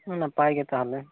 ᱱᱟᱯᱟᱭ ᱜᱮ ᱛᱟᱦᱚᱞᱮ